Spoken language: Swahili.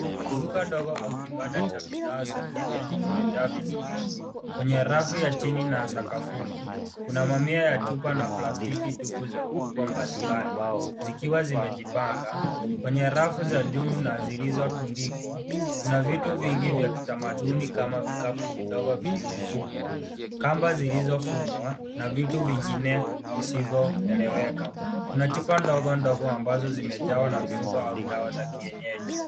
Duka ndogo au kibanda cha bidhaa za kienyeji kimejaa vitu viingi. kwenye raki ya chini ya sakafuni kuna chupa mia za chupa na plastiki tupu za ukubwa mbalimbali zikiwa zimejipanga kwenye harafu za juu na zilizotundikwa kuna vitu vingi vya kitamaduni kama ; vikapu vidogo vilivyofumwa ,kamba zilizofumwa na vitu vinginevyo visivyoeleweka na chupa ndogo ndogo zilizo jawa na dawa za kienyeji.